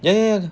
ya ya ya